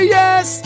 yes